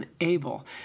unable